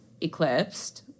Eclipsed